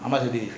how much already